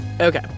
Okay